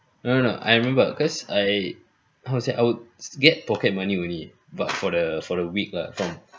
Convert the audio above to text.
no no no I remember cause I how to say I would get pocket money only but for the for the week lah from